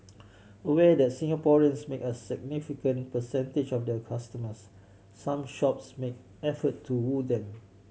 aware that Singaporeans make a significant percentage of their customers some shops make effort to woo them